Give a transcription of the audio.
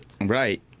Right